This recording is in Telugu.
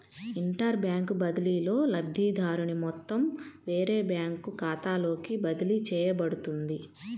ఇంటర్ బ్యాంక్ బదిలీలో, లబ్ధిదారుని మొత్తం వేరే బ్యాంకు ఖాతాలోకి బదిలీ చేయబడుతుంది